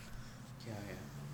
ya ya